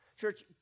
church